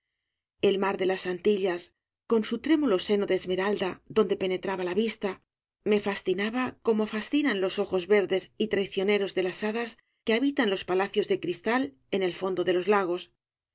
el mar de las antillas con su trémulo seno de esmeralda donde penetraba la vista me atraía me fascinaba como fascinan los ojos verdes y traicioneros de las hadas que habitan palacios de cristal en el fondo de los lagos